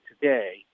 today